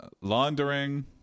laundering